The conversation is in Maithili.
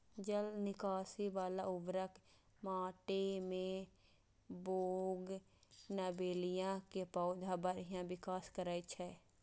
जल निकासी बला उर्वर माटि मे बोगनवेलिया के पौधा बढ़िया विकास करै छै